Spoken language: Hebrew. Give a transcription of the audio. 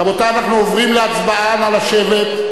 רבותי, אנחנו עוברים להצבעה, נא לשבת.